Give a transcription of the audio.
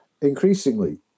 increasingly